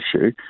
issue